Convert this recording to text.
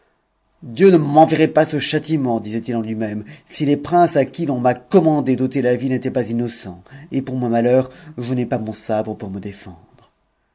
dieu ne m'enverrait pas ce châtiment disait-il en lui-même si les princes à qui l'on m'a commandé d'ôter la vie n'ehjn pas innocents et pour mon malheur je n'ai pas mon sabre pottt défendre